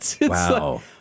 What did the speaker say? Wow